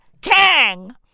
Kang